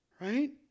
right